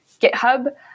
GitHub